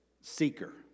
seeker